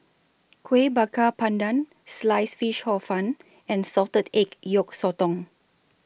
Kueh Bakar Pandan Sliced Fish Hor Fun and Salted Egg Yolk Sotong